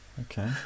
Okay